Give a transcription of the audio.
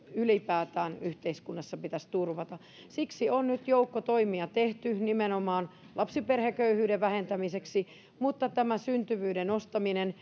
ylipäätään yhteiskunnassa pitäisi turvata siksi nyt on joukko toimia tehty nimenomaan lapsiperheköyhyyden vähentämiseksi mutta tämä syntyvyyden nostaminen